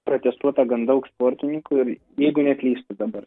pratestuota gan daug sportininkų ir jeigu neklystu dabar